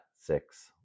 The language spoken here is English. six